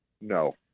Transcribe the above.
No